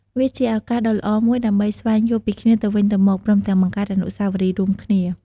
វាជាឱកាសដ៏ល្អមួយដើម្បីស្វែងយល់ពីគ្នាទៅវិញទៅមក ព្រមទាំងបង្កើតអនុស្សាវរីយ៍រួមគ្នា។